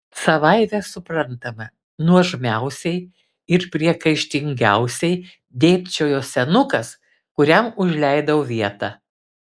savaime suprantama nuožmiausiai ir priekaištingiausiai dėbčiojo senukas kuriam užleidau vietą